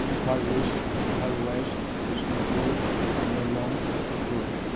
Imphal is Imphal was Bishnupur Tamenglong Ukhrul